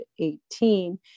18